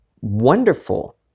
wonderful